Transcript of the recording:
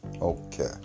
okay